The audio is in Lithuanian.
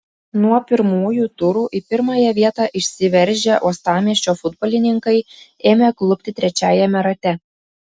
nuo pirmųjų turų į pirmąją vietą išsiveržę uostamiesčio futbolininkai ėmė klupti trečiajame rate